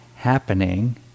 happening